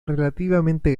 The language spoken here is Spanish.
relativamente